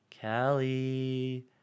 Callie